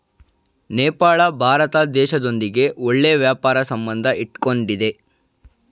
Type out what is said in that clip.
ನೇಪಾಳ ಭಾರತ ದೇಶದೊಂದಿಗೆ ಒಳ್ಳೆ ವ್ಯಾಪಾರ ಸಂಬಂಧ ಇಟ್ಕೊಂಡಿದ್ದೆ